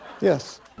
Yes